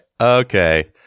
Okay